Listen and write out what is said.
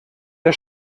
der